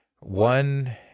One